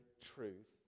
truth